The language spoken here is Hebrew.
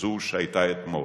לזו שהיתה אתמול,